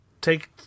take